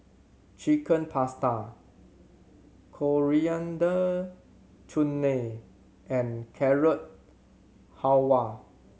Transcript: Chicken Pasta Coriander Chutney and Carrot Halwa